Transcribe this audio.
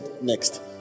next